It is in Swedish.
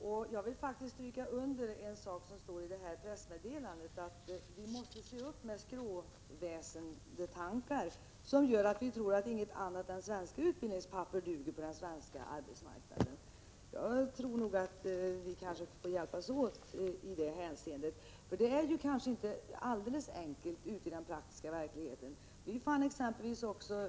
Herr talman! Invandrarministern och jag är i och för sig överens i denna fråga. Jag vill faktiskt understryka det som står i pressmeddelandet om att ”vi måste se upp med skråväsendetankar som gör att vi tror att inget annat än svenska utbildningspapper duger på den svenska arbetsmarknaden”. Vi får kanske hjälpas åt i detta hänseende, eftersom det inte är så alldeles enkelt ute i den praktiska verkligheten. Vi fannt.ex.